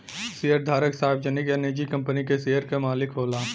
शेयरधारक सार्वजनिक या निजी कंपनी के शेयर क मालिक होला